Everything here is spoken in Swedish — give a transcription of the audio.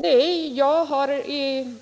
Nej, jag har